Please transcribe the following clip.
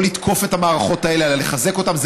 לא לתקוף את המערכות האלה אלא לחזק אותן.